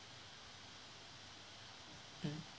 mm